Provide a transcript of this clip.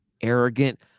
arrogant